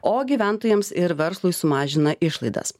o gyventojams ir verslui sumažina išlaidas